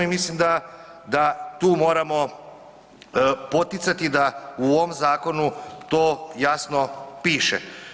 I mislim da tu moramo poticati da u ovom zakonu to jasno piše.